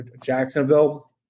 Jacksonville